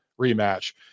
rematch